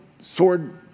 sword